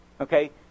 Okay